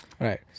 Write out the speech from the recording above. Right